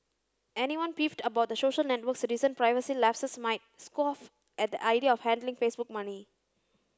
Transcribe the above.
anyone peeved about the social network's recent privacy lapses might scoff at the idea of handing Facebook money